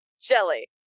Jelly